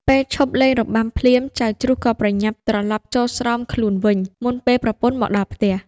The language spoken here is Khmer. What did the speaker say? ពេលឈប់លេងរបាំភ្លាម ចៅជ្រូកក៏ប្រញាប់ត្រឡប់ចូលស្រោមខ្លួនវិញ មុនពេលប្រពន្ធមកដល់ផ្ទះ។